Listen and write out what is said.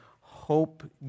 hope